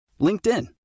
LinkedIn